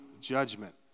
judgment